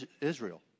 Israel